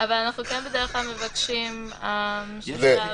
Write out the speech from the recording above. יש פה דברים ייחודיים לחברה הערבית שאתה לומד ורואה.